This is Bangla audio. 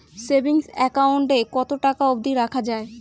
সেভিংস একাউন্ট এ কতো টাকা অব্দি রাখা যায়?